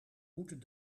moeten